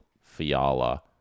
Fiala